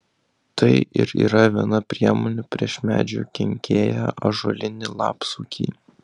tai ir yra viena priemonių prieš medžių kenkėją ąžuolinį lapsukį